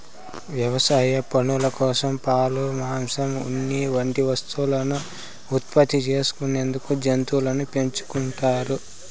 వ్యవసాయ పనుల కోసం, పాలు, మాంసం, ఉన్ని వంటి వస్తువులను ఉత్పత్తి చేసుకునేందుకు జంతువులను పెంచుకుంటారు